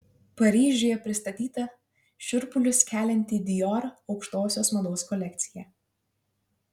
paryžiuje pristatyta šiurpulius kelianti dior aukštosios mados kolekcija